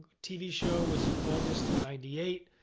tv show was in august of ninety eight.